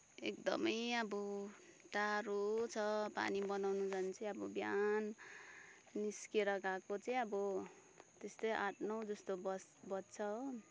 एकदमै अब टाढो छ पानी बनाउन जान चाहिँ अब बिहान निस्किएर गएको चाहिँ अब त्यस्तै आठ नौ जस्तो बज बज्छ हो